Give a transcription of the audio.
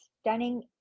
stunning